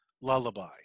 lullaby